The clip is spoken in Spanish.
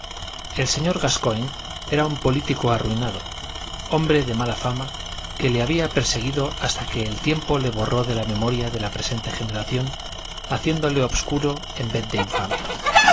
el señor gascoigne era un político arruinado hombre de mala fama que le había perseguido hasta que el tiempo le borró de la memoria de la presente generación haciéndole obscuro en vez de infame